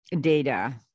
data